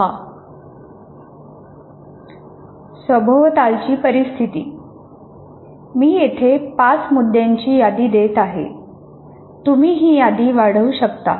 सभोवतालची परिस्थिती मी येथे पाच मुद्द्यांची यादी देत आहे परंतु तुम्ही हि यादी वाढवू शकता